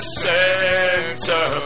center